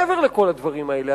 מעבר לכל הדברים האלה,